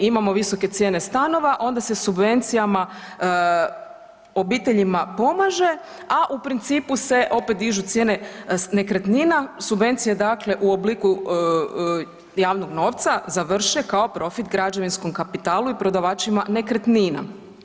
Imamo visoke cijene stanova, onda se subvencijama obiteljima pomaže a u principu se opet dižu cijene nekretnina, subvencija dakle u obliku javnog novca završe kao profit građevinskom kapitalu i prodavačima nekretnina.